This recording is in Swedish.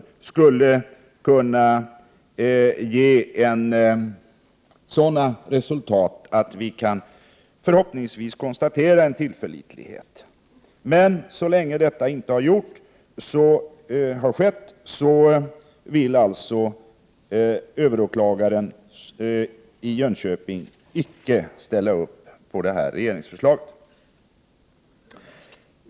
Detta skulle förhoppningsvis kunna ge sådana resultat att man kan konstatera att systemet är tillförlitligt. Men så länge detta inte har skett vill alltså överåklagaren inte ställa sig bakom regeringsförslaget.